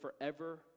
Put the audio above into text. forever